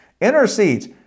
Intercedes